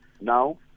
now